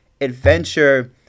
adventure